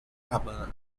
cabana